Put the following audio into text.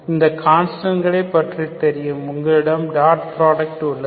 இந்த கான்ஸ்டன்ட்களை பற்றி தெரியும் உங்களிடம் டாட் புராடக்ட் உள்ளது